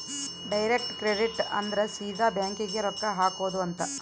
direct credit ಅಂದ್ರ ಸೀದಾ bank ಗೇ ರೊಕ್ಕ ಹಾಕೊಧ್ ಅಂತ